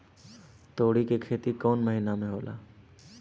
तोड़ी के खेती कउन महीना में होला?